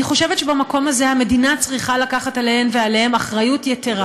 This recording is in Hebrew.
אני חושבת שבמקום הזה המדינה צריכה לקחת עליהן ועליהם אחריות יתרה.